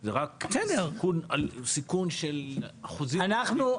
זה לא משנה אם אני אפסיד קצת כסף על הפרויקט הזה או